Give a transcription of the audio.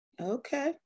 okay